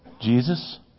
Jesus